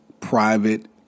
private